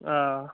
آ